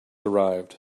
arrived